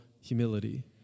humility